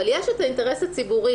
אבל יש את האינטרס הציבורי,